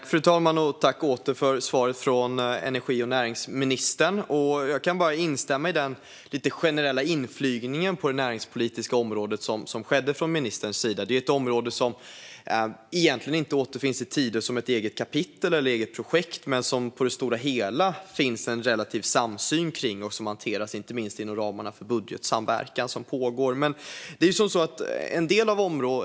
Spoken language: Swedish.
Fru talman! Jag tackar åter för svaret från energi och näringsministern. Jag instämmer i ministerns generella inflygning på det näringspolitiska området. Detta område återfinns inte i Tidöavtalet som ett eget kapitel eller projekt. Här finns dock en relativ samsyn, och området hanteras inte minst inom ramarna för pågående budgetsamverkan.